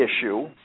issue